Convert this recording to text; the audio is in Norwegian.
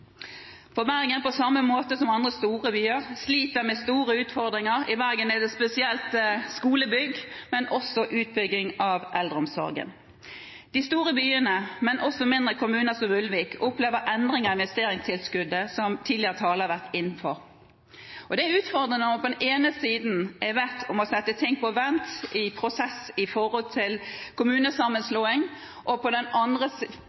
På samme måte som andre store byer, sliter Bergen med store utfordringer. I Bergen gjelder det spesielt skolebygg, men også utbygging av eldreomsorgen. De store byene, men også mindre kommuner som Ulvik, opplever endringer i investeringstilskuddet, som tidligere talere har vært inne på. Det er utfordrende at man blir bedt om å sette ting på vent, i